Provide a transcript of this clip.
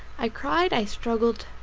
i cried, i struggled,